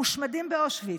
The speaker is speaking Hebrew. מושמדים באושוויץ.